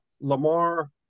Lamar